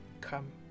come